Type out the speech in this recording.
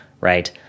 right